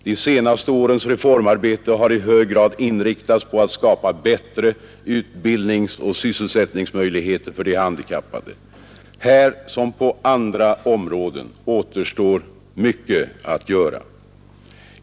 De senaste årens reformarbete har i hög grad inriktats på att skapa bättre utbildningsoch sysselsättningsmöjligheter för de handikappade. Här som på andra områden återstår mycket att göra.